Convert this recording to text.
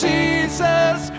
Jesus